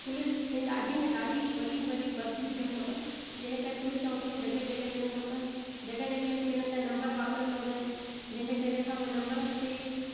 police में ॾाढी में ॾाढी वॾी में वॾी भर्ती हुजण खपनि जंहिंजे करे पुलिस चौकियूं जॻह जॻह ते हुजण खपनि जॻह जॻह ते हुननि जा नंबर वापरियल हुजनि जंहिंजे करे असां हुन नंबरनि ते